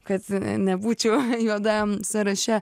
kad nebūčiau juodajam sąraše